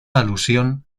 alusión